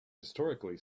historically